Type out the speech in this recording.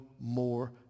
more